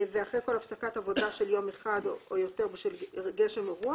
ואחרי כל הפסקת עבודה של יום אחד או יותר בשל גשם או רוח.